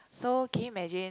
so can you imagine